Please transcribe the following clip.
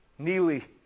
Neely